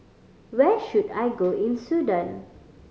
where should I go in Sudan